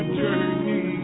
journey